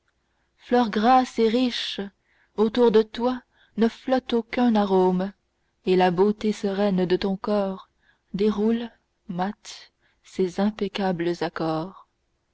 fleur grasse et riche autour de toi ne flotte aucun arôme et la beauté sereine de ton corps déroule mate ses impeccables accords